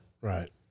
right